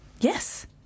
Yes